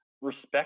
respect